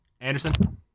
Anderson